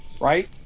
right